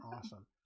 Awesome